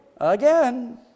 Again